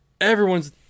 everyone's